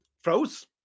froze